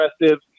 aggressive